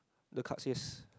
the card is